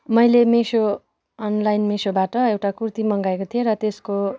मैले मिसो अनलाइन मिसोबाट एउटा कुर्ती मँगाएको थिएँ र त्यसको